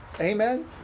Amen